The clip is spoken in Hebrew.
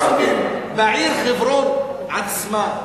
מחסומים בעיר חברון עצמה.